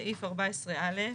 סעיף 14(א).